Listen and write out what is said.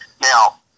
Now